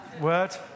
word